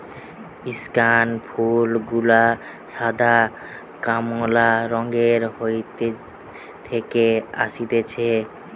স্কেয়ান ফুল গুলা সাদা, কমলা রঙের হাইতি থেকে অসতিছে